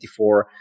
2024